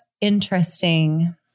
interesting